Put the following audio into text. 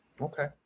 Okay